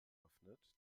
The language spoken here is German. bewaffnet